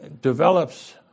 develops